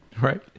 right